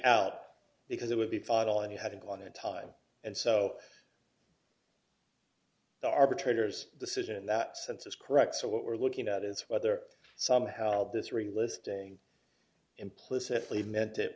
out because it d would be fight all and you had to go on a time and so the arbitrator's decision in that sense is correct so what we're looking at is whether somehow this ring listing implicitly meant it